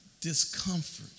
discomfort